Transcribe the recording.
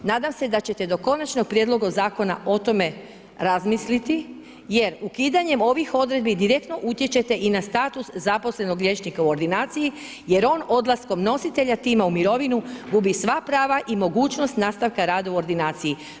Nadamo se da ćete do Konačnog prijedloga zakona o tome razmisliti jer ukidanjem ovih odredbi direktno utječete i na status zaposlenog liječnika u ordinaciji, jer on odlaskom nositelja tima u mirovinu gubi sva prava i mogućnost nastavka rada u ordinaciji.